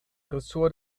ressort